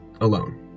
alone